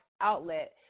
outlet